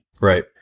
Right